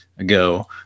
Ago